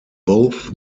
both